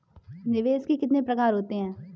निवेश के कितने प्रकार होते हैं?